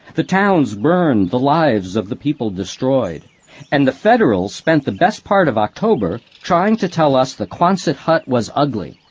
the towns burned, the lives of the people destroyed and the federals spent the best part of october trying to tell us the quonset hut was ugly!